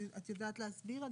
את יודעת להסביר?